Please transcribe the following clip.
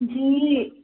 जी